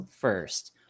first